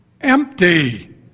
Empty